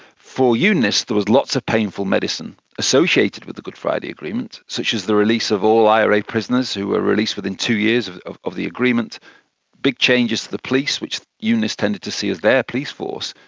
for unionists there was lots of painful medicine associated with the good friday agreement, such as the release of all ira prisoners, who were released within two years of of the agreement big changes to the police, which unionists tended to see as their police force,